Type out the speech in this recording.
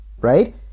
right